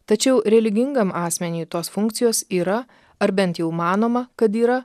tačiau religingam asmeniui tos funkcijos yra ar bent jau manoma kad yra